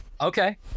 Okay